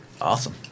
Awesome